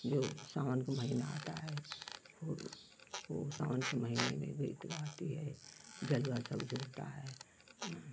जो सावन का महीना आता है हो वो सावन के महीने में गीत गाती है जलुआ सब जोहता है आँ